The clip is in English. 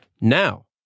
Now